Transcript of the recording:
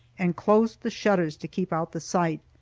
and closed the shutters to keep out the sight.